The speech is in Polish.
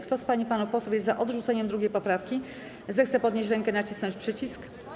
Kto z pań i panów posłów jest za odrzuceniem 2. poprawki, zechce podnieść rękę i nacisnąć przycisk.